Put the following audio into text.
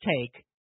take